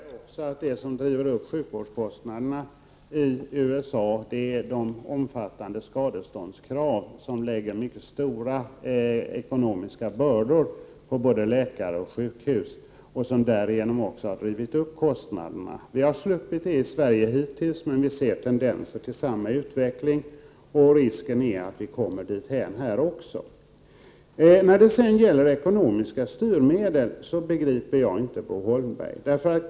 Herr talman! Bo Holmberg vet säkert att det som driver upp sjukvårdskostnaderna i USA är de omfattande skadeståndskraven, som lägger mycket stora ekonomiska bördor på både läkare och sjukhus. Vi har hittills sluppit det i Sverige, men det finns tendenser till samma utveckling, och risken är att vi kommer dithän här också. När det gäller ekonomiska styrmedel förstår jag inte Bo Holmberg.